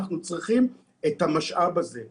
אנחנו צריכים את המשאב הזה.